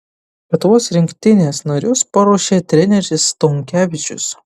lietuvos rinktinės narius paruošė treneris stonkevičius